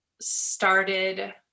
started